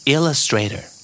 Illustrator